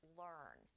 learn